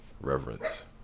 reverence